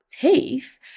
teeth